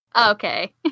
Okay